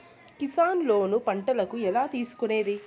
Kisan loan పంటలకు ఎలా తీసుకొనేది?